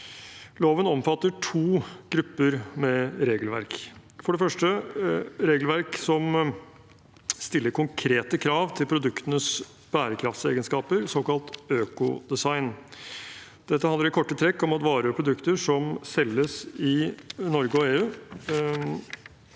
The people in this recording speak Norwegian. Loven omfatter to grupper med regelverk. Den første er regelverk som stiller konkrete krav til produktenes bærekraftsegenskaper, såkalt økodesign. Dette handler i korte trekk om at varer og produkter som selges i Norge og EU,